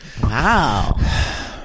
Wow